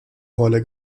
rolle